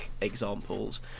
examples